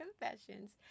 confessions